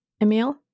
Emil